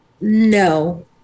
no